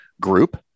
group